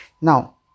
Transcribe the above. Now